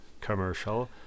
commercial